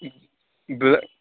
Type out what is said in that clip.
بہ